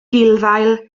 gulddail